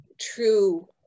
true